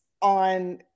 on